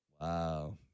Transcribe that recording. Wow